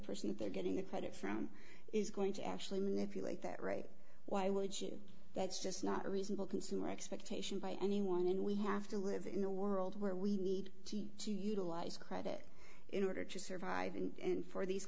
person that they're getting the credit from is going to actually manipulate that rate why would you that's just not reasonable consumer expectation by anyone and we have to live in a world where we need to utilize credit in order to survive and for these